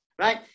right